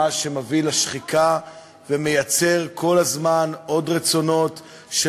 מה שמוביל לשחיקה ומייצר כל הזמן עוד רצונות של